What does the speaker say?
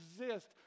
exist